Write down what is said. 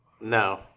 No